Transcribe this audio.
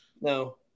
No